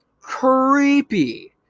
Creepy